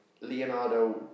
Leonardo